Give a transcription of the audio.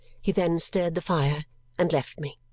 he then stirred the fire and left me.